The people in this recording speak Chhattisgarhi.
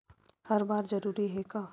हर बार जरूरी हे का?